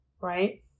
right